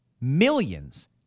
millions